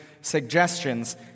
suggestions